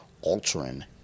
altering